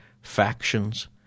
factions